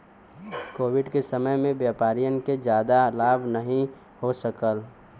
Covid के समय में व्यापारियन के जादा लाभ नाहीं हो सकाल